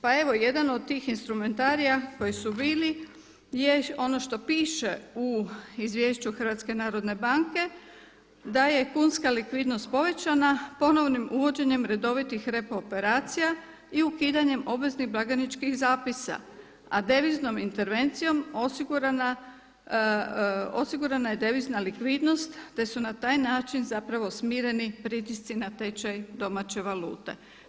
Pa evo jedan od tih instrumentarija koji su bili je ono što piše u Izvješću HNB-a da je kunska likvidnost povećana ponovnim uvođenjem redovitih repo operacija i ukidanjem obveznih blagajničkih zapisa, a deviznom intervencijom osigurana je devizna likvidnost te su na taj način zapravo smireni pritisci na tečaj domaće valute.